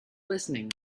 listening